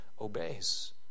obeys